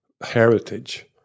heritage